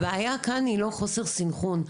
הבעיה כאן היא לא חוסר סנכרון.